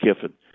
Kiffin